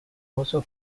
also